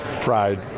pride